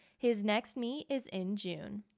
his next meet is in june.